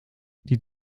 die